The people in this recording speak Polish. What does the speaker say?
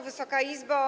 Wysoka Izbo!